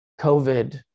COVID